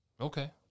Okay